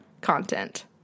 content